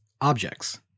objects